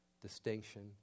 distinction